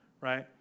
right